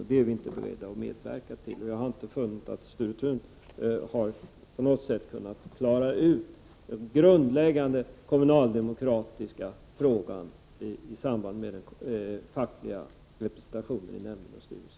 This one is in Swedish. Det är vi inte beredda att medverka till. Jag har inte kunnat finna att Sture Thun på något sätt har kunnat klara ut den grundläggande kommunaldemokratiska frågan i samband med den fackliga representationen i nämnder och styrelser.